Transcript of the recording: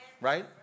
right